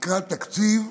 לקראת תקציב.